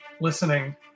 listening